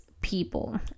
people